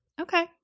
Okay